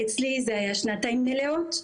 אצלי זה היה שנתיים מלאות,